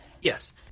Yes